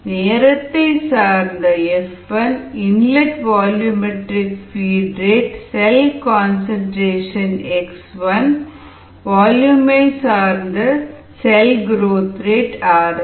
நேரத்தை சார்ந்த F1 inlet volumetric feed rate cell concentration x1 வால்யூமை சார்ந்த செல் குரோத் ரேட் rx